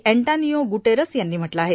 Antonio Guterres यांनी म्हटलं आहे